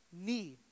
need